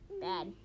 Bad